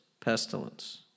pestilence